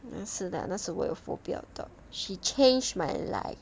是的那时我有 phobia of dog she changed my life